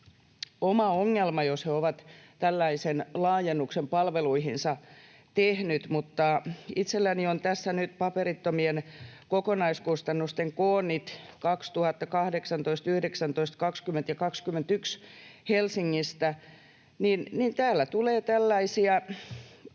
oma ongelma, jos he ovat tällaisen laajennuksen palveluihinsa tehneet, mutta kun itselläni on tässä nyt paperittomien kokonaiskustannusten koonnit vuosilta 2018, 2019, 2020 ja 2021 Helsingistä, niin täällä tulee tällaisia